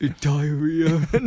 Diarrhea